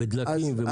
ודלקים ומתכות.